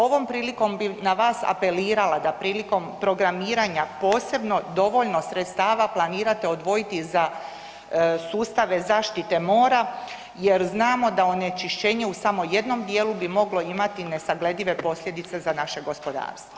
Ovom prilikom bih na vas apelirala da prilikom programiranja posebno dovoljno sredstava planirate odvojiti za sustave zaštite mora jer znamo da onečišćenje u samo jednom dijelu bi moglo imati nesagledive posljedice za naše gospodarstvo.